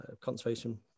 conservation